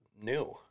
new